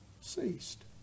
ceased